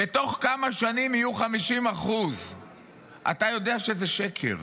ותוך כמה שנים יהיו 50% אתה יודע שזה שקר.